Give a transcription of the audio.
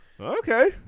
Okay